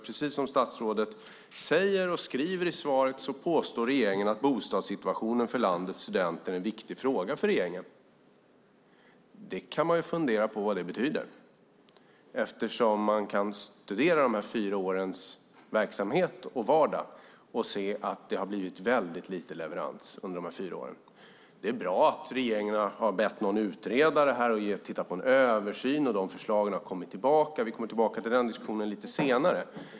Precis som statsrådet säger och skriver i svaret påstår regeringen att bostadssituationen för landets studenter är en viktig fråga för regeringen. Man kan fundera på vad det betyder eftersom man kan studera de fyra årens verksamhet och vardag och se att det har blivit väldigt lite leverans under dessa fyra år. Det är bra att regeringen har bett någon utreda detta och att titta på en översyn. Förslagen har kommit tillbaka. Vi återkommer till den diskussionen lite senare.